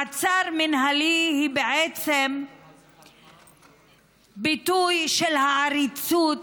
מעצר מינהלי היא בעצם ביטוי של העריצות,